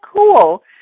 cool